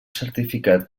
certificat